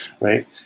right